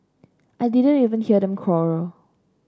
I didn't even hear them quarrel